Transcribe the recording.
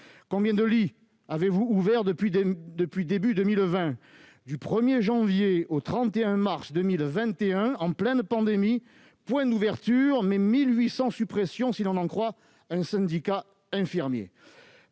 Combien de lits avez-vous ouverts depuis début 2020 ? Du 1 janvier au 31 mars 2021, en pleine pandémie, point d'ouvertures, mais 1 800 suppressions, si l'on en croit un syndicat infirmier.